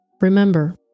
Remember